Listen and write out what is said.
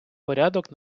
порядок